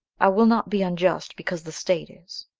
i will not be unjust because the state is.